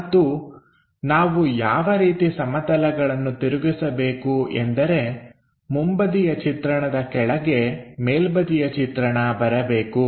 ಮತ್ತು ನಾವು ಯಾವ ರೀತಿ ಸಮತಲಗಳನ್ನು ತಿರುಗಿಸಬೇಕು ಎಂದರೆ ಮುಂಬದಿಯ ಚಿತ್ರಣದ ಕೆಳಗೆ ಮೇಲ್ಬದಿಯ ಚಿತ್ರಣ ಬರಬೇಕು